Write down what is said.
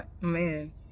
man